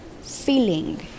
feeling